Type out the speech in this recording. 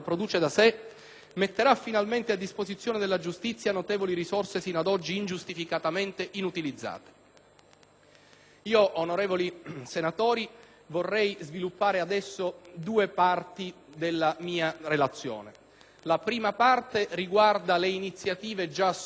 metterà finalmente a disposizione della giustizia notevoli risorse sino ad oggi ingiustificatamente non utilizzate. Onorevoli senatori, vorrei ora sviluppare due parti della mia relazione: la prima riguarda lo stato della